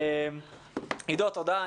עידו, תודה.